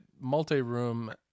multi-room